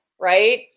right